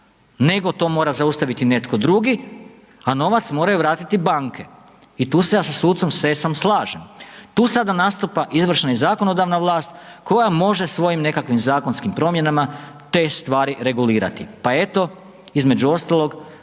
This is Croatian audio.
nego to mora zaustaviti netko drugi a novac moraju vratiti banke. I tu se ja sa sucem Sesom slažem. Tu sada nastupa izvršna i zakonodavna vlast koja može svojim nekakvim zakonskim promjenama te stvari regulirati pa eto između ostalog,